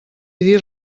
dir